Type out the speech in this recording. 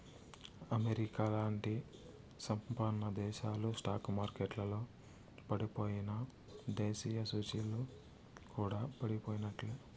అమెరికాలాంటి సంపన్నదేశాల స్టాక్ మార్కెట్లల పడిపోయెనా, దేశీయ సూచీలు కూడా పడిపోయినట్లే